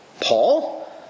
Paul